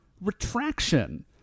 retraction